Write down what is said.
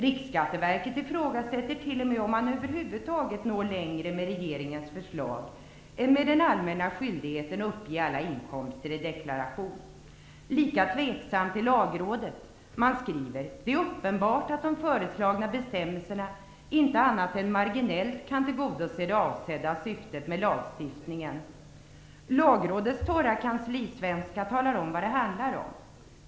Riksskatteverket ifrågasätter t.o.m. om man över huvud taget når längre med regeringens förslag än med den allmänna skyldigheten att uppge alla inkomster i deklarationen. Lagrådet är lika tveksamt och skriver att det är uppenbart att de föreslagna bestämmelserna inte annat än marginellt kan tillgodose det avsedda syftet med lagstiftningen. Lagrådets torra kanslisvenska talar om vad det handlar om.